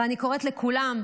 ואני קוראת לכולם,